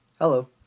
Hello